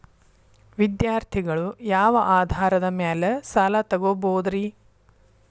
ವಿದ್ಯಾರ್ಥಿಗಳು ಯಾವ ಆಧಾರದ ಮ್ಯಾಲ ಸಾಲ ತಗೋಬೋದ್ರಿ?